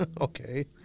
Okay